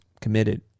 committed